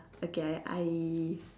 okay I I